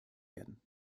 werden